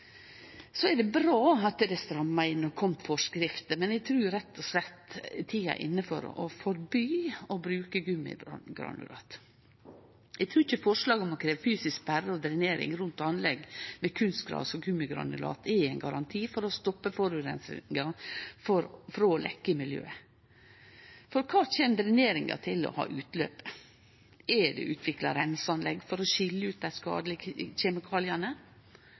er bra at det er stramma inn og kome forskrifter, men eg trur rett og slett tida er inne for å forby bruk av gummigranulat. Eg trur ikkje forslaget om å krevje fysisk sperring og drenering rundt anlegg med kunstgras og gummigranulat er ein garanti for å stoppe forureininga frå å leke ut i miljøet. For kvar kjem dreneringa til å ha utløpet? Er det utvikla reinseanlegg for å skile ut dei skadelege kjemikaliane?